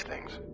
things. i